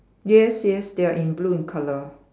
yes yes they are in blue in color